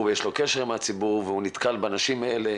ויש לו קשר עם הציבור והוא נתקל באנשים האלה,